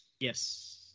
Yes